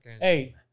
Hey